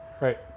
right